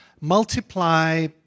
multiply